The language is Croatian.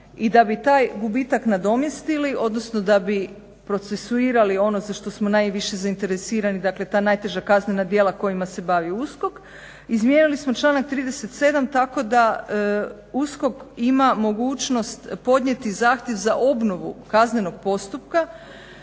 i da bi taj gubitak nadomjestili, odnosno da bi procesuirali ono za što smo najviše zainteresirani, dakle ta najteža kaznena djela kojima se bavi USKOK izmijenili smo članak 37. tako da USKOK ima mogućnost podnijeti zahtjev za obnovu kaznenog postupka